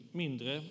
mindre